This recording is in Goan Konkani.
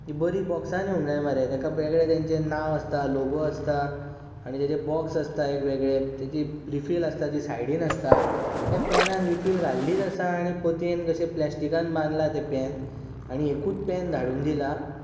तीं बरी बॉक्सान येवंक जाय मरे तेका वेगळें तेंचें नांव आसता लोगो आसता आनी तेचें बॉक्स आसता एक वेगळें तेची रिफील आसता जी सायडीन आसता ह्या पॅनान रिफील घाल्लीच आसा आनी पोतयेन कशें प्लॅश्टिकान बांदलां तें पॅन आनी एकूत पॅन धाडून दिलां